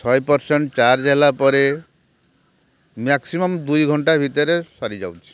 ଶହେ percent charge ହେଲାପରେ maximum ଦୁଇ ଘଣ୍ଟା ଭିତରେ ସରିଯାଉଛି